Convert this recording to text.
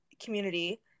community